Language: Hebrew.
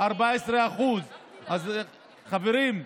14%. חברים,